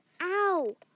Ow